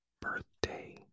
birthday